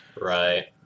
Right